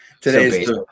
Today's